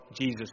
Jesus